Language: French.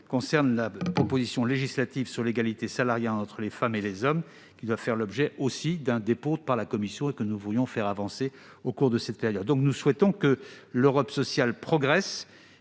enfin, la proposition législative sur l'égalité salariale entre les femmes et les hommes doit, elle aussi, faire l'objet d'un dépôt par la Commission, et nous voulons la faire avancer au cours de cette période. Nous souhaitons donc que l'Europe sociale progresse.